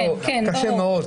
קשה מאוד.